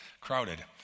crowded